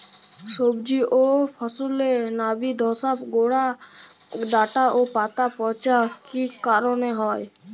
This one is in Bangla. সবজি ও ফসলে নাবি ধসা গোরা ডাঁটা ও পাতা পচা কি কারণে হয়?